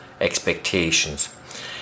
expectations